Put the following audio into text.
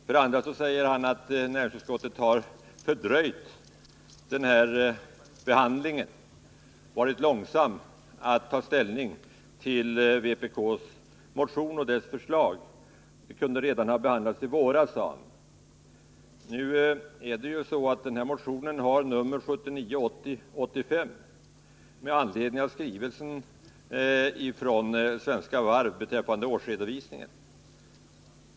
För det andra säger Jörn Svensson att näringsutskottet har varit långsamt med att ta ställning till vpk:s motion och dess förslag. De kunde ha behandlats redan i våras, säger han. 121 Den här motionen har nr 1979/80:85 och är väckt med anledning av skrivelsen med årsredovisningen från Svenska Varv.